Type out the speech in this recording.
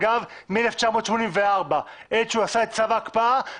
לכן אני בא ואני אומר,